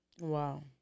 Wow